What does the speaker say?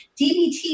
DBT